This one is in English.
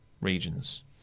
regions